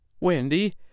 Wendy